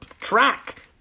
track